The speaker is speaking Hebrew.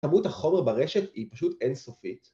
כמות החומר ברשת היא פשוט אינסופית